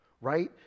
right